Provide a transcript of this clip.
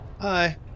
Hi